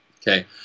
Okay